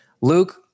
Luke